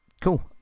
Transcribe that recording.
cool